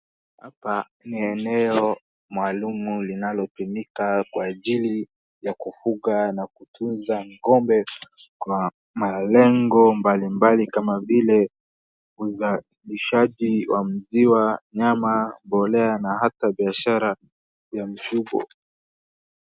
Hapa ni eneo maalum linalotumika kwa ajili ya kufuga na kutunza ng'ombe kwa malengo mbalimbali kama vile uzalizaji wa maziwa, nyama, mbolea na hata biashara za mifugo.